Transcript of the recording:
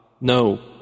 No